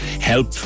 help